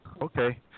Okay